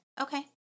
Okay